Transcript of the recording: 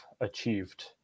achieved